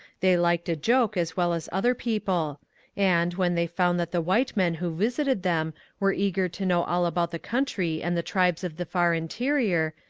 they liked a joke as well as other people and, when they found that the white men who visited them were eager to know all about the country and the tribes of the far interior,